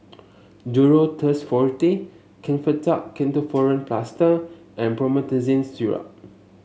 Duro Tuss Forte Kefentech Ketoprofen Plaster and Promethazine Syrup